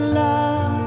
love